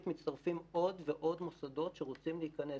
מצטרפים עוד ועוד מוסדות שרוצים להיכנס.